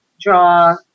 draw